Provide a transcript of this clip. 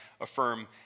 affirm